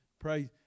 Praise